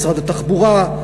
משרד התחבורה,